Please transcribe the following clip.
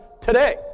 today